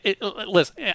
Listen